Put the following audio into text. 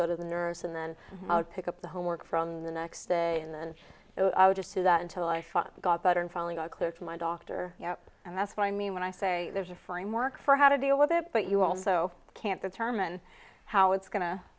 go to the nurse and then i would pick up the homework from the next day and then i would just do that until life got better and following a clip from my doctor up and that's what i mean when i say there's a framework for how to deal with it but you also can't determine how it's go